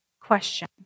question